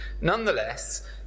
nonetheless